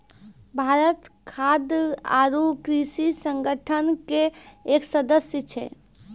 भारत खाद्य आरो कृषि संगठन के एक सदस्य छै